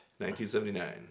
1979